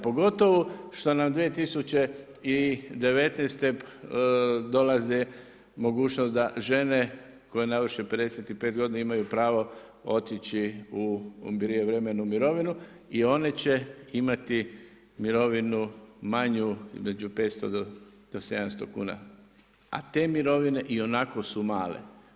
Pogotovo što nam 2019. dolazi mogućnost da žene koje navrše 55 godina imaju pravo otići u prijevremenu mirovinu i one će imati mirovinu manju, između 500 do 700 kuna a te mirovine ionako su male.